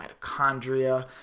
mitochondria